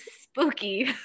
spooky